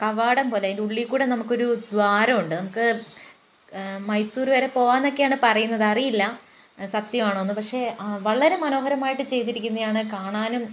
കവാടം പോലെ അതിൻ്റെ ഉള്ളിൽക്കൂടെ നമുക്കൊരു ദ്വാരമുണ്ട് നമുക്ക് മൈസൂര് വരെ പോവാന്നൊക്കെയാണ് പറയുന്നത് അറിയില്ല സത്യമാണോന്ന് പക്ഷേ വളരെ മനോഹരമായിട്ടു ചെയ്തിരിക്കുന്നെയാണ് കാണാനും